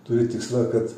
turi tikslą kad